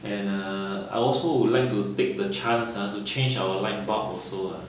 and err I also would like to take the chance ha to change our light bulb also ah